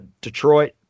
Detroit